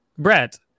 Brett